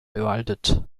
bewaldet